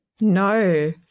No